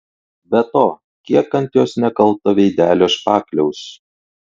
be to kiek ant jos nekalto veidelio špakliaus